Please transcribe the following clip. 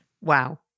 Wow